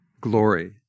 glory